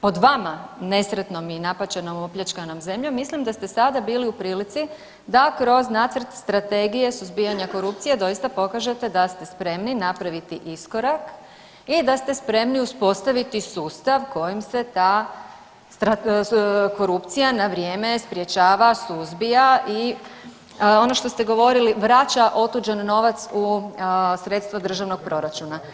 pod vama nesretnom i napaćenom, opljačkanom zemljom mislim da ste sada bili u prilici da kroz nacrt Strategije suzbijanja korupcije doista pokažete da ste spremni napraviti iskorak i da ste spremni uspostaviti sustav kojim se ta korupcija na vrijeme sprječava, suzbija i ono što ste govorili vraća otuđen novac u sredstva državnog proračuna.